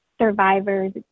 survivors